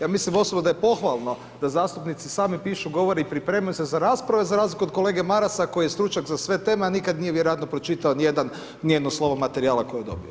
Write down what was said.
Ja mislim osobno da je pohvalno da zastupnici sami pišu, govore i pripremaju se za rasprave, za razliku od kolege Marasa koji je stručnjak za sve teme, a nikad nije vjerojatno pročitao nijedan, nijedno slova materijala koje je dobio.